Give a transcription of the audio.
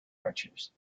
archers